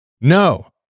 No